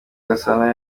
gasana